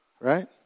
Right